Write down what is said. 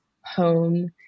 home